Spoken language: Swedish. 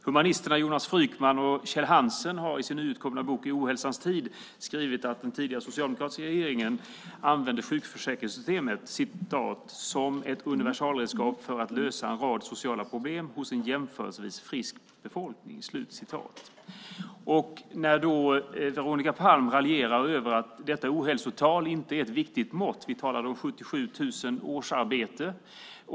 Humanisterna Jonas Frykman och Kjell Hansen har i sin nyutkomna bok I ohälsans tid skrivit att den tidigare socialdemokratiska regeringen använde sjukförsäkringssystemet "som ett universalredskap för att lösa en rad av sociala problem hos en jämförelsevis frisk befolkning". Veronica Palm raljerar över att detta ohälsotal inte skulle vara ett viktigt mått. Vi talar om 77 000 årsarbeten.